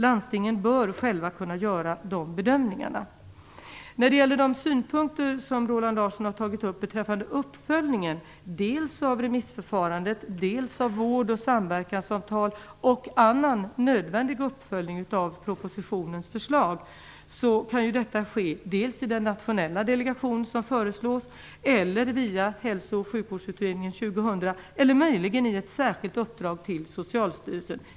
Landstingen bör själva kunna göra de bedömningarna. Roland Larsson har tagit upp uppföljningen av dels remissförfarandet, dels vård och samverkansavtal och annan nödvändig uppföljning av propositionens förslag. Sådan uppföljning kan ske i den nationella delegation som föreslås eller via Hälsooch sjukvårdsutredningen 2000 eller möjligen genom ett särskilt uppdrag till Socialstyrelsen.